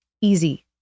easy